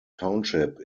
township